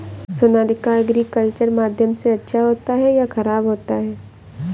Sonalika agriculture माध्यम से अच्छा होता है या ख़राब होता है?